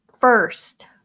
First